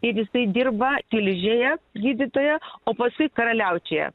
ir jisai dirba tilžėje gydytojo o paskui karaliaučiuje